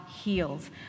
heals